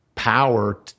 Power